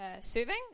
serving